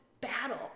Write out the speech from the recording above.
battle